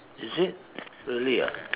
is it really ah